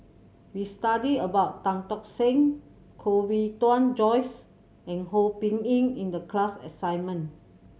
we studied about Tan Tock Seng Koh Bee Tuan Joyce and Ho Yee Ping in the class assignment